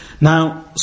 Now